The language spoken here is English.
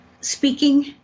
speaking